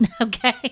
Okay